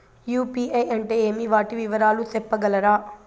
UPI అంటే ఏమి? వాటి వివరాలు సెప్పగలరా?